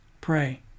Pray